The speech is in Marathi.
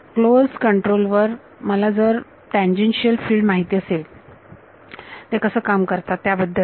क्लोज कंट्रोल वर मला जर टॅन्जेनशियल फिल्ड माहित असेल ते कसं काम करतात त्याबद्दल